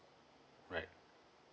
right